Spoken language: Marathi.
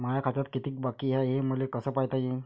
माया खात्यात कितीक बाकी हाय, हे मले कस पायता येईन?